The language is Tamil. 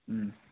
ம்